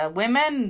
women